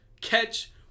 catch